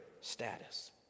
status